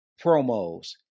promos